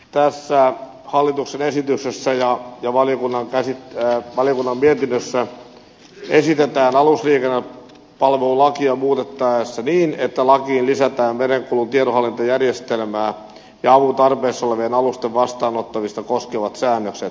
tässä hallituksen esityksessä ja valiokunnan mietinnössä esitetään alusliikennepalvelulakia muutettavaksi niin että lakiin lisätään merenkulun tietohallintajärjestelmää ja avun tarpeessa olevien alusten vastaanottamista koskevat säännökset